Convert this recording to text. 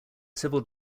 civil